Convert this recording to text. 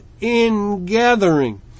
Ingathering